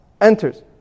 enters